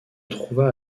trouva